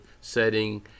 setting